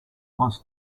wants